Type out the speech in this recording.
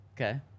Okay